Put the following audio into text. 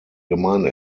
gemeinde